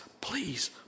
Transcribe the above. please